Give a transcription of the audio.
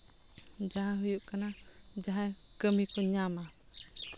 ᱡᱟᱦᱟᱸ ᱦᱩᱭᱩᱜ ᱠᱟᱱᱟ ᱡᱟᱦᱟᱸᱭ ᱠᱟᱹᱢᱤ ᱠᱚ ᱧᱟᱢᱟ